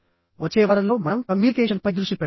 వచ్చే వారంలో మనం కమ్యూనికేషన్పై దృష్టి పెడతాము